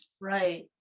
Right